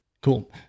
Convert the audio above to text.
Cool